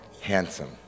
handsome